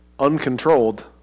uncontrolled